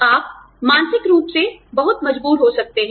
आप मानसिक रूप से बहुत मजबूत हो सकते हैं